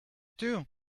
too